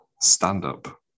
stand-up